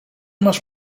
masz